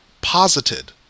posited